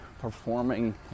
performing